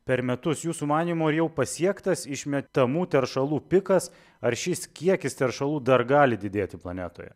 per metus jūsų manymu ar jau pasiektas išmetamų teršalų pikas ar šis kiekis teršalų dar gali didėti planetoje